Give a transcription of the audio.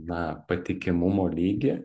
na patikimumo lygį